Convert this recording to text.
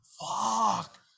fuck